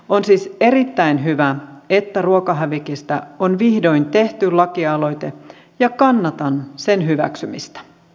on siis erittäin hyvä että ruokahävikistä on vihdoin tehty lakialoite ja kannatan sen hyväksymistä